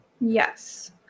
Yes